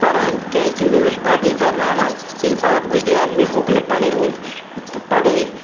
پران کیٛازِکہِ مےٚ اوس بَبٕے پَرناوان ییٚلہِ بَب گُزریٛوو مےٚ ہیوٚکھ نہٕ پَنٕنۍ پَڑٲے